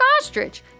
Ostrich